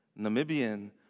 Namibian